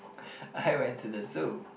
I went to the zoo